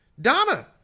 Donna